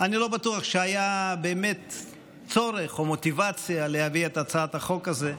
אני לא בטוח שהיה צורך או מוטיבציה להביא את הצעת החוק הזאת.